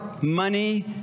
money